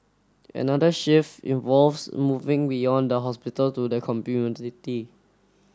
another shift involves moving beyond the hospital to the community